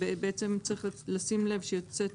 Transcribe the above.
בעצם צריך לשים לב שיוצאת